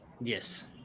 Yes